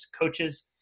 coaches